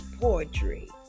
poetry